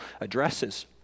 addresses